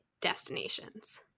destinations